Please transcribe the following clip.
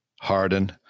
Harden